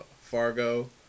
Fargo